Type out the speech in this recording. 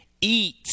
eat